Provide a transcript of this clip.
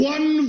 One